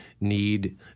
need